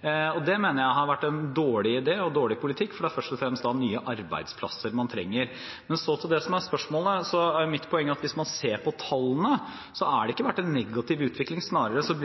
Det mener jeg har vært en dårlig idé og en dårlig politikk, for det er først og fremst nye arbeidsplasser man trenger. Når det gjelder det som er spørsmålet, er mitt poeng at hvis man ser på tallene, har det ikke vært en negativ utvikling. Snarere er